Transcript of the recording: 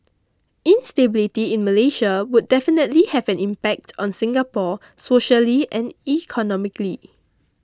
instability in Malaysia would definitely have an impact on Singapore socially and economically